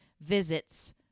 visits